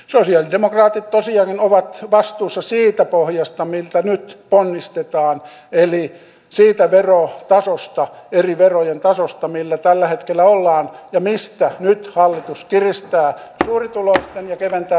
sosialidemokraatit tosiaankin ovat vastuussa siitä pohjasta miltä nyt ponnistetaan eli siitä eri verojen tasosta millä tällä hetkellä ollaan ja mistä nyt hallitus kiristää suurituloisten ja keventää pienituloisten verotusta